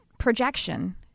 projection